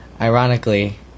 Ironically